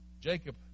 Jacob